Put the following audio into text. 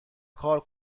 کار